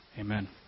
Amen